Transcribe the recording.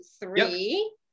three